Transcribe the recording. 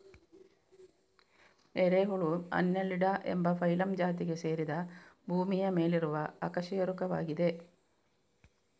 ಎರೆಹುಳು ಅನ್ನೆಲಿಡಾ ಎಂಬ ಫೈಲಮ್ ಜಾತಿಗೆ ಸೇರಿದ ಭೂಮಿಯ ಮೇಲಿರುವ ಅಕಶೇರುಕವಾಗಿದೆ